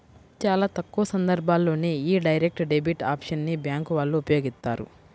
చాలా తక్కువ సందర్భాల్లోనే యీ డైరెక్ట్ డెబిట్ ఆప్షన్ ని బ్యేంకు వాళ్ళు ఉపయోగిత్తారు